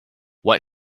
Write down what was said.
what